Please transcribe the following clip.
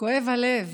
כואב הלב.